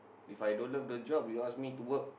If I don't love the job you ask me to work